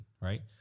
Right